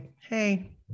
hey